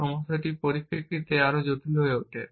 সমস্যাটি পরিপ্রেক্ষিতে আরও জটিল হয়ে ওঠে